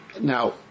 Now